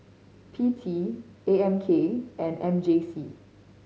P T A M K and M J C